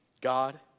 God